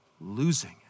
losing